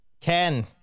Ken